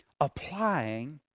applying